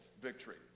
victory